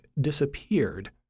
disappeared